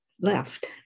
left